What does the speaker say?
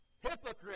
Hypocrite